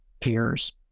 peers